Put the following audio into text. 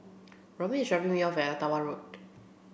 Romie is dropping me off at Ottawa Road